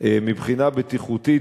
מבחינה בטיחותית,